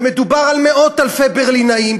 ומדובר על מאות-אלפי ברלינאים,